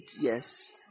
yes